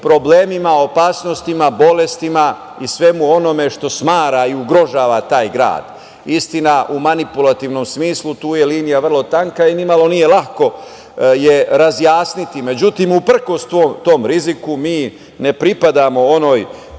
problemima, opasnostima, bolestima i svemu onome što smara i ugrožava taj grad. Istina, u manipulativnom smislu, tu je linija vrlo tanka i nimalo nije lako je razjasniti. Međutim, uprkos tom riziku mi ne pripadamo onoj